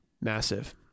Massive